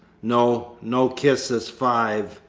no, no, kisses five!